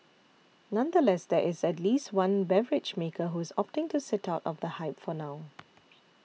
nonetheless there is at least one beverage maker who is opting to sit out of the hype for now